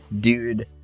dude